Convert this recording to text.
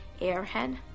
airhead